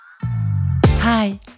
Hi